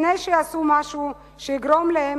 לפני שיעשו משהו שיגרום להם,